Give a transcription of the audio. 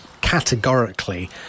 categorically